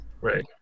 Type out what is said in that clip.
Right